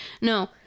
no